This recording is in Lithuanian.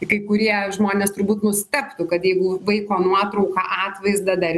kai kurie žmonės turbūt nustebtų kad jeigu vaiko nuotrauką atvaizdą dar